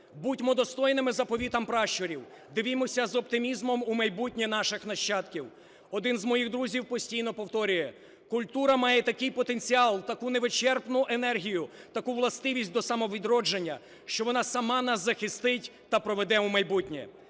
Будьмо достойними заповітам пращурів, дивимося з оптимізмом у майбутнє наших нащадків. Один з моїх друзів постійно повторює: культура має такий потенціал, таку невичерпну енергію, таку властивість до самовідродження, що вона сама нас захистить та проведе у майбутнє.